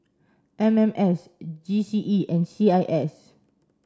M M S G C E and C I S